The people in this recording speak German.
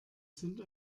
sind